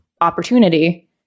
opportunity